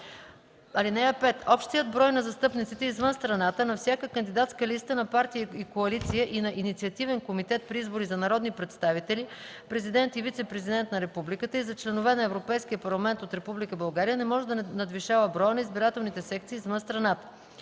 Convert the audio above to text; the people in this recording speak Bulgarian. (5) Общият брой на застъпниците извън страната на всяка кандидатска листа на партия и коалиция и на инициативен комитет при избори за народни представители, президент и вицепрезидент на републиката и за членове на Европейския парламент от Република България не може да надвишава броя на избирателните секции извън страната.